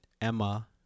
Emma